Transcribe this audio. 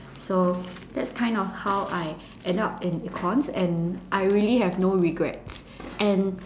so that's kind of how I ended up in econs and I really have no regrets and